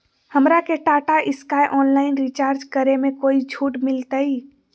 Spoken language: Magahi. हमरा के टाटा स्काई ऑनलाइन रिचार्ज करे में कोई छूट मिलतई